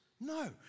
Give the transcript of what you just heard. No